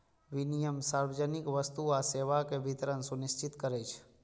विनियम सार्वजनिक वस्तु आ सेवाक वितरण सुनिश्चित करै छै